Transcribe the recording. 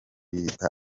yita